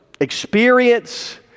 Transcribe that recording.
experience